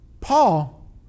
Paul